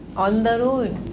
on the road.